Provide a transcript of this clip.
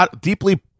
deeply